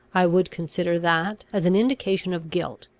i would consider that as an indication of guilt,